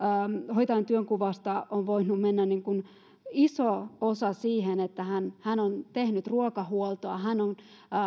hoitajan työnkuvasta on voinut mennä iso osa siihen että hän on tehnyt ruokahuoltoa hän on